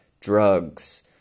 drugs